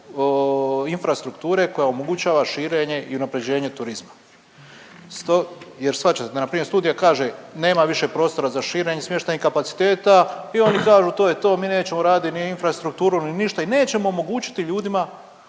infrastrukture koja omogućava širenje i unapređenje turizma. Jel shvaćate? Npr., studija kaže nema više prostora za širenje smještajnih kapaciteta i oni kažu to je to, mi nećemo raditi ni infrastrukturu ni ništa i nećemo omogućiti ljudima